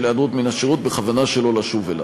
של היעדרות מן השירות בכוונה שלא לשוב אליו.